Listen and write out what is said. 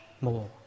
more